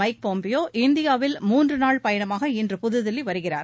mic Pompeo இந்தியாவில் மூன்று நாள் பயணமாக இன்று புதுதில்லி வருகிறார்